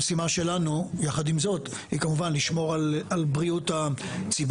המשימה שלנו יחד עם זאת היא כמובן לשמור על בריאות הציבור.